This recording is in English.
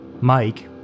Mike